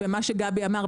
מה שגבי אמר,